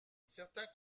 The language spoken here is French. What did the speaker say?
certains